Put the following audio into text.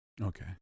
Okay